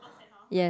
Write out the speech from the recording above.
yes